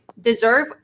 deserve